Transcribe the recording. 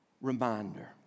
reminder